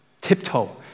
tiptoe